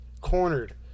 Cornered